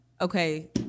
okay